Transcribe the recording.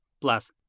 plus